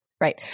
Right